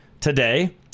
today